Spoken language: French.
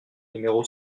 numéro